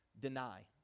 deny